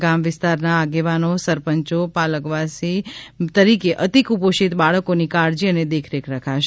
ગામ વિસ્તારના આગેવાનો સરપંચો પાલકવાલી તરીકે અતિ કુપોષિત બાળકોની કાળજી અને દેખરેખ રાખશે